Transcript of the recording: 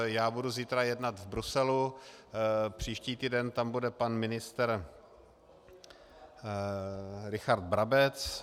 Já budu zítra jednat v Bruselu, příští týden tam bude pan ministr Richard Brabec.